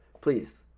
Please